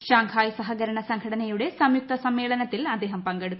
Shanghai സഹകരണ സംഘടനയുടെ സംയുക്ത സമ്മേളനത്തിൽ അദ്ദേഹം പങ്കെടുക്കും